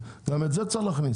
גם את זה יש להכניס.